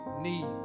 need